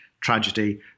tragedy